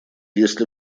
если